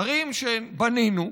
ערים שבנינו,